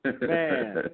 Man